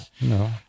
no